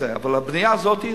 אבל הבנייה הזאת,